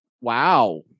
Wow